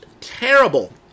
terrible